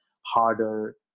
harder